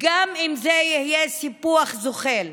גם אם זה יהיה סיפוח זוחל.